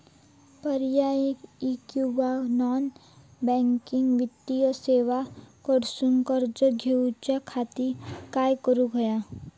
पर्यायी किंवा non banking वित्तीय सेवा कडसून कर्ज घेऊच्या खाती काय करुक होया?